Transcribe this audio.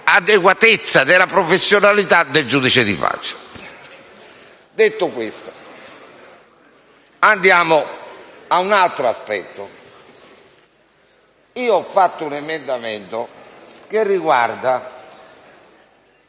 dell'adeguatezza della professionalità del giudice di pace. Detto questo, andiamo a un altro aspetto. Ho presentato un emendamento che riguarda